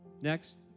Next